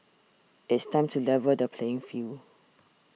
it's time to level the playing field